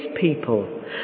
people